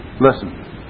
Listen